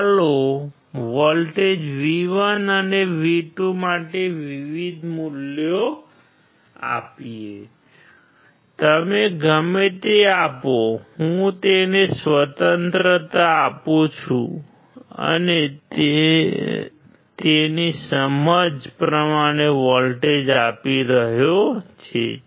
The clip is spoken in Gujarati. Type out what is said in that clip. ચાલો V1 અને V2 માટે વિવિધ મૂલ્યો આપીએ તમે ગમે તે આપો હું તેને સ્વતંત્રતા આપું છું અને તે તેની સમજ પ્રમાણે વોલ્ટેજ આપી રહ્યો છે